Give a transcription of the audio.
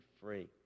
free